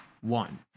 one